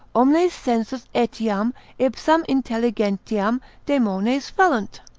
omnes sensus etiam ipsam intelligentiam daemones fallunt,